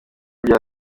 bya